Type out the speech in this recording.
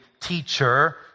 teacher